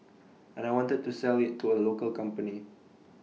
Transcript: and I wanted to sell IT to A local company